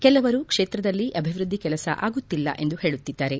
ಕೆಲವರು ಕ್ಷೇತ್ರದಲ್ಲಿ ಅಭಿವೃದ್ದಿ ಕೆಲಸ ಆಗುತ್ತಿಲ್ಲ ಎಂದು ಹೇಳುತ್ತಿದ್ದಾರೆ